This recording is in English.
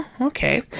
Okay